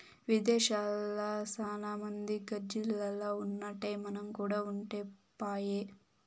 విదేశాల్ల సాన మంది గాజిల్లల్ల ఉన్నట్టే మనం కూడా ఉంటే పాయె